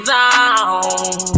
Zone